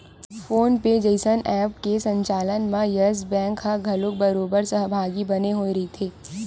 phone पे जइसन app के संचालन म यस बेंक ह घलोक बरोबर सहभागी बने होय रहिथे